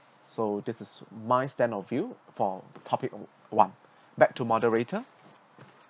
so this is my stand of view for topic one back to moderator